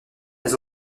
des